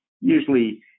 Usually